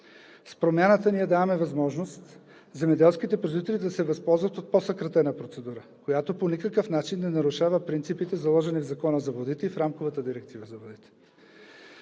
С промяната ние даваме възможност земеделските производители да се възползват от по-съкратена процедура, която по никакъв начин не нарушава принципите, заложени в Закона за водите и в рамковата директива за водите.